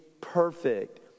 perfect